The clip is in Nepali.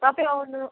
तपाईँ आउनु